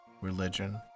religion